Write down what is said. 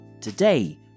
Today